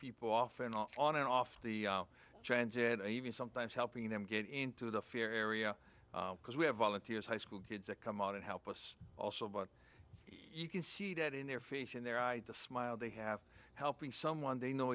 people off and on and off the transit and even sometimes helping them get into the fear area because we have volunteers high school kids that come out and help us also but you can see that in their feet and their idea smile they have helping someone they know